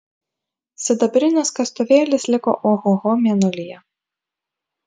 sidabrinis kastuvėlis liko ohoho mėnulyje